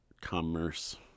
commerce